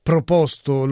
Proposto